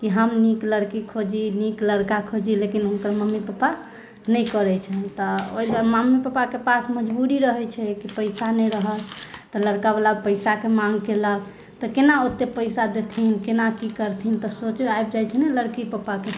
कि हम नीक लड़की खोजी नीक लड़का खोजी लेकिन हुनकर मम्मी पप्पा नहि करैत छनि तऽ ओहि दुआरे मम्मी पप्पाके पास मजबूरी रहैत छै कि पैसा नहि रहल तऽ लड़काबाला पैसाके माङ्ग केलक तऽ केना ओते पैसा देथिन केना की करथिन तऽ सोचमे आबि जाइत छै ने लड़की पप्पाके